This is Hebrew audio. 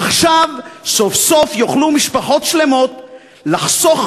עכשיו יוכלו סוף-סוף משפחות שלמות לחסוך